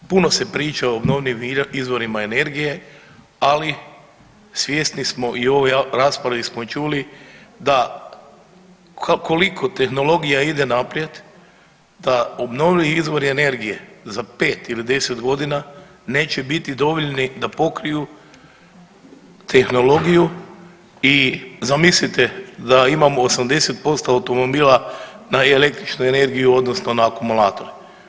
Puno se priča o obnovljivim izvorima energije, ali svjesni smo i u ovoj raspravi smo čuli koliko tehnologija ide naprijed da obnovljivi izvori energije za pet ili deset godina neće biti dovoljni da pokriju tehnologiju i zamislite da imamo 80% automobila na električnu energiju, odnosno na akumulator.